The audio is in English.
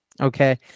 Okay